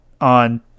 on